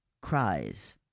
cries